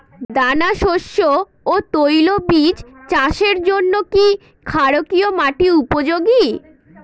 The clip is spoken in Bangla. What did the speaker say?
দানাশস্য ও তৈলবীজ চাষের জন্য কি ক্ষারকীয় মাটি উপযোগী?